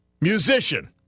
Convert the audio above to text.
musician